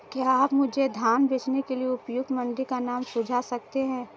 क्या आप मुझे धान बेचने के लिए उपयुक्त मंडी का नाम सूझा सकते हैं?